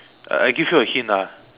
I give you a hint ah